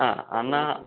ആ എന്നാൽ